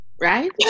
right